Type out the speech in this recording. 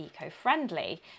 eco-friendly